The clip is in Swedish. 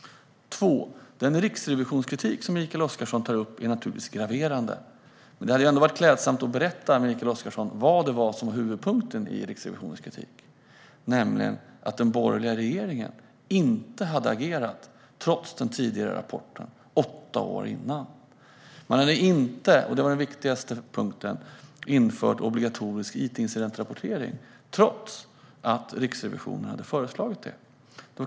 Den riksrevisionskritik Mikael Oscarsson tar upp är naturligtvis graverande. Men det hade ändå varit klädsamt om du berättade vad som var huvudpunkten i Riksrevisionens kritik, Mikael Oscarsson, nämligen att den borgerliga regeringen inte hade agerat trots rapporten åtta år tidigare. Man hade - det var den viktigaste punkten - inte infört obligatorisk itincidentrapportering, trots att Riksrevisionen hade föreslagit det.